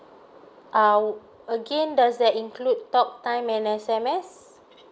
uh again does that include talk time and S_M_S